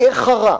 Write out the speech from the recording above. היא איחרה.